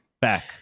back